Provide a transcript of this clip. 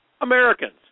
Americans